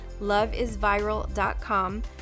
loveisviral.com